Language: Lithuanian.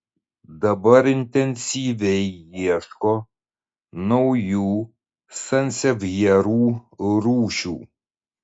dabar intensyviai ieško naujų sansevjerų rūšių